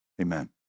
Amen